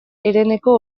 hereneko